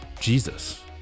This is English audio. Jesus